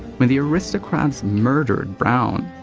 when the aristocrats murdered brown,